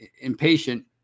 impatient